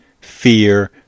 fear